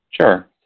Sure